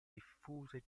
diffuse